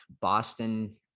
Boston